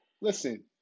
Listen